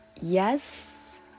Yes